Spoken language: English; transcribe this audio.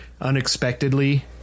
unexpectedly